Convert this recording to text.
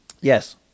Yes